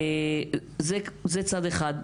זה צד אחד.